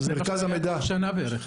תוכל להעביר לוועדה את כל המסקנות שלך?